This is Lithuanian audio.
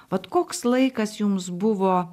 vat koks laikas jums buvo